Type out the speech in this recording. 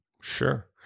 Sure